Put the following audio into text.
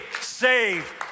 save